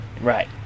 Right